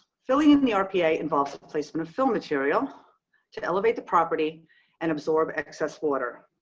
filling in the rpa involves a placement of fill material to elevate the property and absorb excess water.